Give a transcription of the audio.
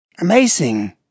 Amazing